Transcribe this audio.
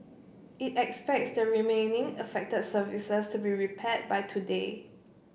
it expects the remaining affected services to be repaired by today